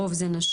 הרוב זה נשים.